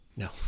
No